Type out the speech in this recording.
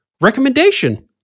recommendation